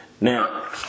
Now